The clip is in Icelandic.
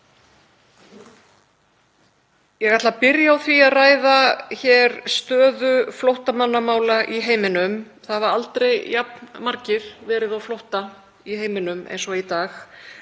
Ég ætla að byrja á því að ræða stöðu flóttamannamála í heiminum. Það hafa aldrei jafn margir verið á flótta í heiminum og í dag.